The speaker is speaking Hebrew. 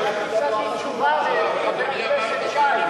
אני רק החזרתי תשובה לחבר הכנסת שי,